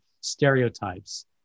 stereotypes